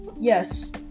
Yes